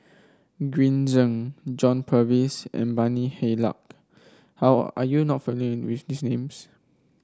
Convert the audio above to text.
Green Zeng John Purvis and Bani Haykal are you not familiar with these names